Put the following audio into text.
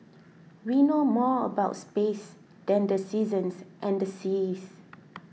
we know more about space than the seasons and the seas